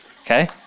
Okay